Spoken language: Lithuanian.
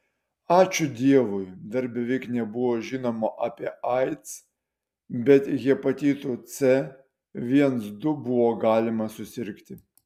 ačiū dievui dar beveik nebuvo žinoma apie aids bet hepatitu c viens du buvo galima susirgti